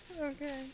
Okay